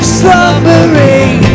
slumbering